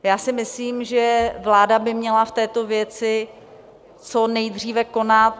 Já si myslím, že vláda by měla v této věci co nejdříve konat.